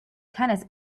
tennis